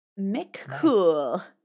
McCool